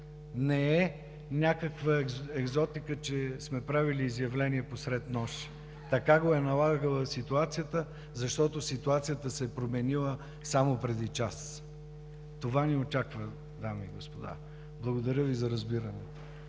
Не е някаква екзотика, че сме правили изявление посред нощ. Така го е налагала ситуацията, защото тя се е променила само преди час. Това ни очаква, дами и господа. Благодаря Ви за разбирането.